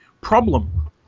problem